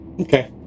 Okay